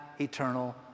eternal